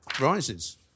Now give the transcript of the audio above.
rises